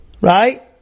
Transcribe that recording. right